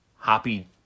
happy